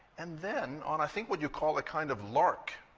and then on i think what you call a kind of lark,